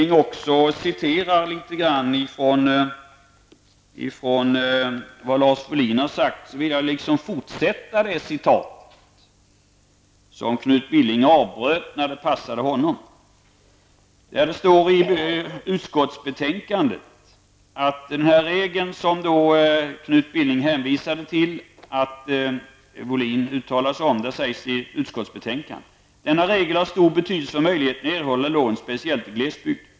Knut Billing citerade litet av vad Lars Wohlin yttrat, men jag vill fortsätta att citera, eftersom Knut Billing avbröt när det passade honom. Det står i utskottsbetänkandet bl.a. följande: ''Denna regel har stor betydelse för möjligheten att erhålla lån speciellt i glesbygd.